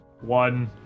one